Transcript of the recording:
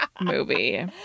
movie